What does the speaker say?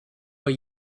but